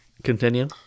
Continue